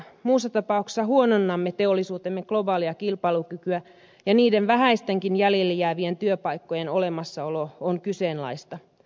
muussa tapauksessa huononnamme teollisuutemme globaalia kilpailukykyä ja niiden vähäistenkin jäljelle jäävien työpaikkojen olemassaolo on kyseenalaista